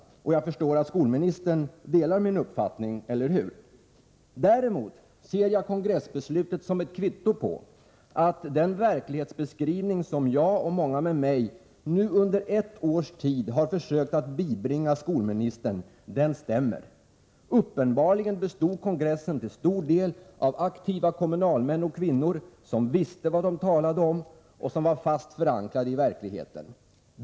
Och jag förstår att skolministern delar min uppfattning. Däremot ser jag det aktuella kongressbeslutet som ett kvitto på att den verklighetsbeskrivning som jag och många med mig nu under ett års tid har försökt bibringa skolministern stämmer. Uppenbarligen bestod kongressen tillstor del av aktiva kommunalmän och kommunalkvinnor som visste vad de talade om och som var fast förankrade i verkligheten.